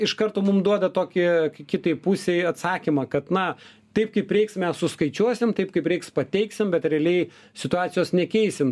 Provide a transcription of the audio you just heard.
iš karto mum duoda tokį kitai pusei atsakymą kad na taip kaip reiks mes suskaičiuosim taip kaip reiks pateiksim bet realiai situacijos nekeisim